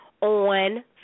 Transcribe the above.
on